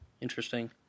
Interesting